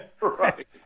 Right